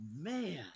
man